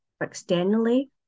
externally